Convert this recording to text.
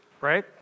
right